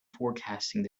forecasting